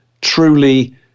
truly